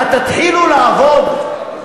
התתחילו לעבוד?